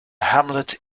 hamlet